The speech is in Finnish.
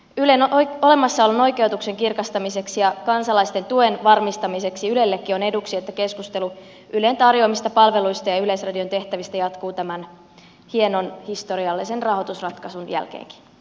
ylen olemassaolon oikeutuksen kirkastamiseksi ja kansalaisten tuen varmistamiseksi ylellekin on eduksi että keskustelu ylen tarjoamista palveluista ja yleisradion tehtävistä jatkuu tämän hienon historiallisen rahoitusratkaisun jälkeenkin